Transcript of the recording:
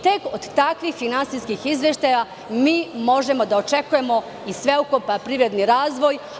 Tek od takvih finansijskih izveštaja mi možemo da očekujemo i sveobuhvatan privredni razvoj.